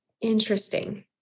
Interesting